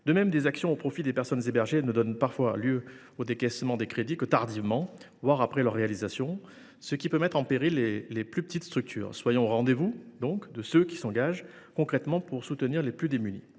De même, des actions au profit des personnes hébergées ne donnent parfois lieu au décaissement des crédits que tardivement, voire après leur réalisation, ce qui peut mettre en péril les plus petites structures. Soyons au rendez vous aux côtés de ceux qui s’engagent concrètement pour soutenir les plus démunis.